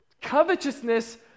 Covetousness